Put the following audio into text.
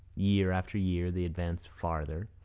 year after year they advanced farther,